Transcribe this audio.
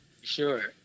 Sure